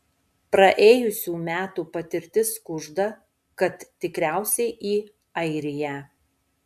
praėjusių metų patirtis kužda kad tikriausiai į airiją